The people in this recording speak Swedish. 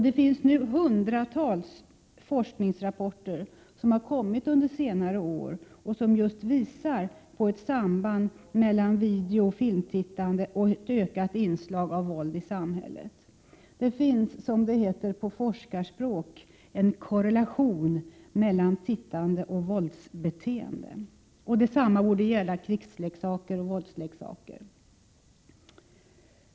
Det finns hundratals forskningsrapporter, som har kommit under senare år, som just visar ett samband mellan videooch filmtittande och ett ökat inslag av våld i samhället. Det finns, som det heter på forskarspråk, en korrelation mellan tittande och våldsbeteende. Detsamma borde gälla krigsleksaker och våldsleksaker.